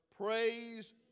Praise